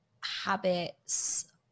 habits